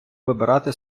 вибирати